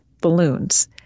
balloons